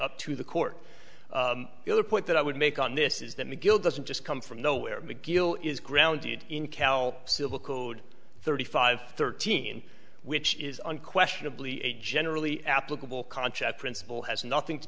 up to the court the other point that i would make on this is that mcgill doesn't just come from nowhere mcgill is grounded in cal civil code thirty five thirteen which is unquestionably a generally applicable concha principle has nothing to